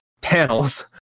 panels